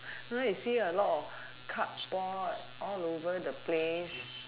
now you see a lot of cardboard all over the place